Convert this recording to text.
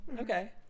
Okay